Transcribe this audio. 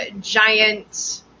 giant